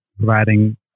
Providing